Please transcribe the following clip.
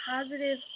positive